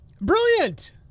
Brilliant